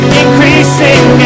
increasing